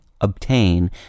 obtain